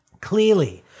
clearly